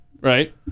Right